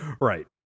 right